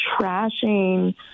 trashing